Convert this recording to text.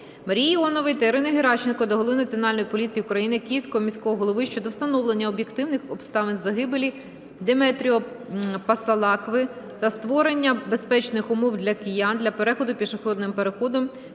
Марії Іонової та Ірини Геращенко до голови Національної поліції України, Київського міського голови щодо встановлення об'єктивних обставин загибелі Деметріо Пассалакви та створення безпечних умов для киян для переходу пішохідним переходом